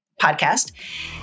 podcast